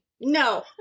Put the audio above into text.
No